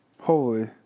Holy